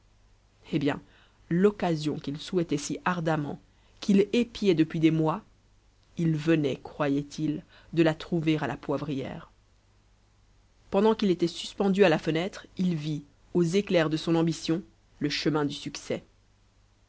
eh bien l'occasion qu'il souhaitait si ardemment qu'il épiait depuis des mois il venait croyait-il de la trouver à la poivrière pendant qu'il était suspendu à la fenêtre il vit aux éclairs de son ambition le chemin du succès